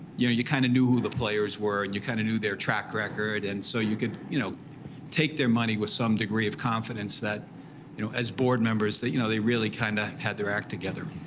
yeah you kind of knew who the players were, and you kind of knew their track record. and so you could you know take their money with some degree of confidence, you know as board members, that you know they really kind of had their act together.